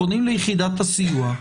פונים ליחידת הסיוע,